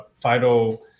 FIDO